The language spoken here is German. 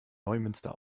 neumünster